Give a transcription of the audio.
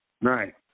Right